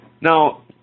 Now